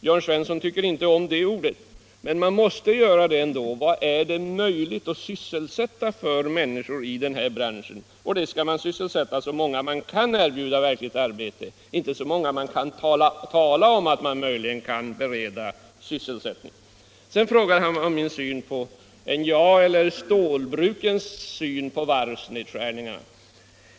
Jörn Svensson tycker inte om det ordet, men man måste göra så ändå. Hur många människor är det möjligt att sysselsätta i den här branschen? Och man skall sysselsätta så många man kan erbjuda verkligt arbete, inte så många man kan tala om att man möjligen kan bereda sysselsättning. Sedan frågar han om min syn på NJA och om stålbrukens syn på varvsnedskärningarna.